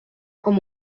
com